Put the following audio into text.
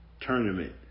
tournament